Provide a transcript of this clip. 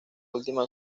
última